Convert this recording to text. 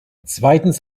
zweitens